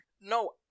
No